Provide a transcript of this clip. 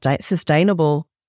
sustainable